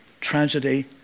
tragedy